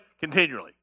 continually